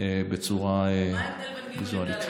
בצורה ויזואלית.